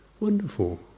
Wonderful